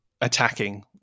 attacking